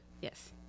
yes